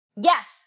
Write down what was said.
Yes